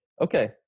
Okay